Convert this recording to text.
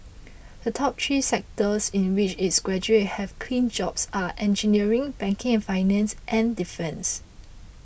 the top three sectors in which its graduates have clinched jobs are engineering banking and finance and defence